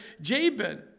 Jabin